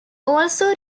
also